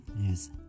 Yes